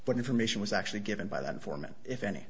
what information was actually given by that informant if any